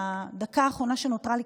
בדקה האחרונה שנותרה לי,